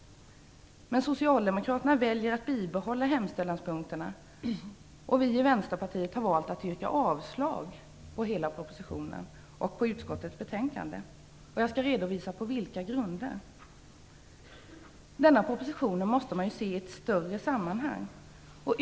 Socialdemokraterna väljer att bibehålla hemställanspunkterna, och vi i Vänsterpartiet har valt att yrka avslag på hela propositionen och utskottets hemställan. Jag skall redovisa på vilka grunder. Denna proposition måste ses i ett större sammanhang.